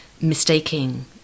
mistaking